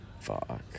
Fuck